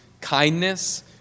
kindness